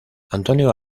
antonio